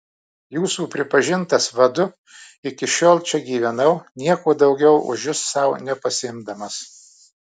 jūsų pripažintas vadu iki šiol čia gyvenau nieko daugiau už jus sau nepasiimdamas